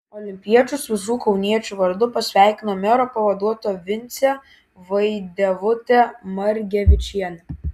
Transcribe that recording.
olimpiečius visų kauniečių vardu pasveikino mero pavaduotoja vincė vaidevutė margevičienė